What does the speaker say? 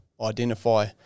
identify